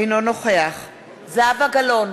אינו נוכח זהבה גלאון,